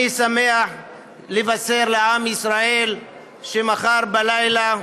אני שמח לבשר לעם ישראל שמחר בלילה,